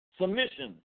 submission